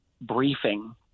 briefing